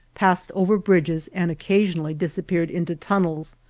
passed over bridges and occasionally disappeared into tunnels,